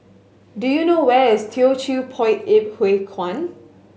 do you know where is Teochew Poit Ip Huay Kuan